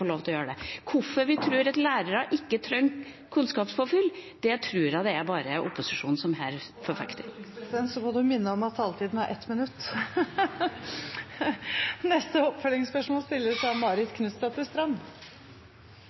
få lov til å gjøre det. Hvorfor en tror at lærere ikke trenger kunnskapspåfyll – og det forundrer meg – tror jeg det bare er opposisjonen som… Og er en stortingspresident, må en minne om at taletiden er 1 minutt! Marit Knutsdatter Strand – til oppfølgingsspørsmål. Manglende finansiering av